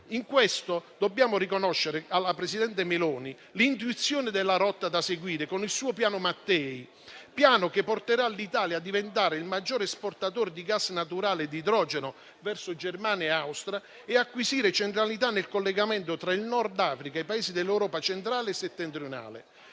In questo dobbiamo riconoscere alla presidente Meloni l'intuizione della rotta da seguire con il suo piano Mattei, piano che porterà l'Italia a diventare il maggiore esportatore di gas naturale e di idrogeno verso Germania e Austria e acquisire centralità nel collegamento tra il Nord Africa e i Paesi dell'Europa centrale e settentrionale.